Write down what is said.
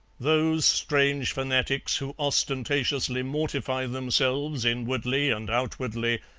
those strange fanatics who ostentatiously mortify themselves, inwardly and outwardly,